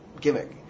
gimmick